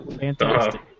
Fantastic